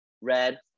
Red